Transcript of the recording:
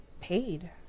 paid